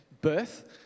birth